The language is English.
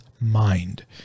mind